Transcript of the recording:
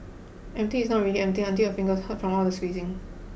empty is not really empty until your fingers hurt from all the squeezing